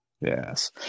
Yes